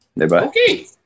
Okay